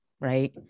right